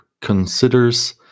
considers